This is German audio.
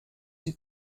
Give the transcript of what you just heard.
sie